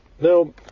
Now